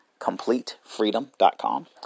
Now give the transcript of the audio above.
CompleteFreedom.com